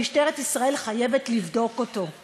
משטרת ישראל חייבת לבדוק אותו.